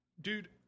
Dude